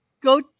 Go